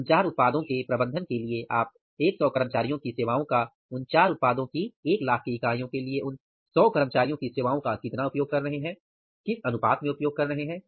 उन चार उत्पादों के प्रबंधन के लिए आप 100 कर्मचारियों की सेवाओं का उन चार उत्पादों की एक लाख की इकाइयों के लिए उन 100 कर्मचारियों की सेवाओं का कितना उपयोग कर रहे हैं किस अनुपात में उपयोग कर रहे हैं